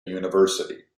university